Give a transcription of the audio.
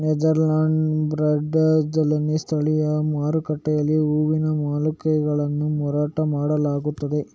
ನೆದರ್ಲ್ಯಾಂಡ್ಸಿನ ಬ್ರೆಡಾದಲ್ಲಿನ ಸ್ಥಳೀಯ ಮಾರುಕಟ್ಟೆಯಲ್ಲಿ ಹೂವಿನ ಮೊಳಕೆಗಳನ್ನು ಮಾರಾಟ ಮಾಡಲಾಗುತ್ತದೆ